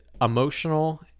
emotional